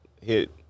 hit